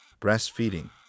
breastfeeding